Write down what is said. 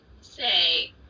Say